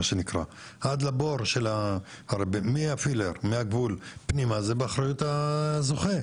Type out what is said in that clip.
מה שנקרא עד לבור מהפילר פנימה זה באחריות הזוכה.